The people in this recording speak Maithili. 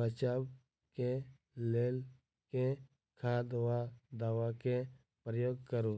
बचाब केँ लेल केँ खाद वा दवा केँ प्रयोग करू?